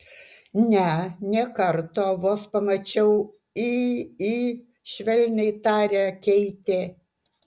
ne nė karto vos pamačiau į į švelniai tarė keitė